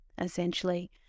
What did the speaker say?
essentially